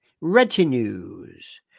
retinues